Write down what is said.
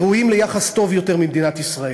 שראויים ליחס טוב יותר ממדינת ישראל.